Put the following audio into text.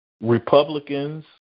Republicans